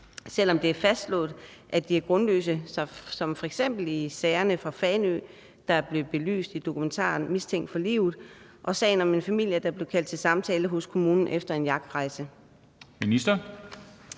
selv om det er blevet fastslået, at de er grundløse, som f.eks. i sagerne fra Fanø, der blev belyst i dokumentaren »Mistænkt for livet«, og sagen om en familie, der blev kaldt til samtale hos kommunen efter en jagtrejse?